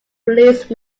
police